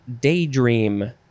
daydream